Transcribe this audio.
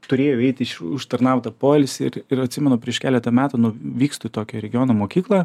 turėjau eiti į iš užtarnautą poilsį ir ir atsimenu prieš keletą metų nu vykstu į tokią regiono mokyklą